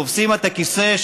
תופסים את הכיסא,